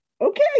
Okay